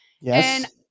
Yes